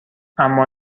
اما